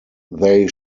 they